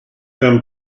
them